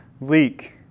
leak